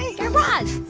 guy raz,